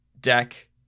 deck